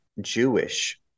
Jewish